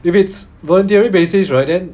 if it's voluntary basis right then